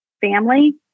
family